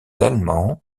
allemands